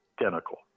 identical